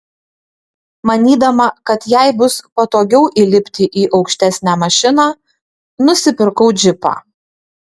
manydama kad jai bus patogiau įlipti į aukštesnę mašiną nusipirkau džipą